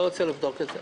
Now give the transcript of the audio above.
אני לא רוצה לבדוק את זה.